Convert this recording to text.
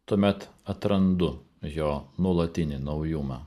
tuomet atrandu jo nuolatinį naujumą